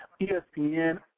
ESPN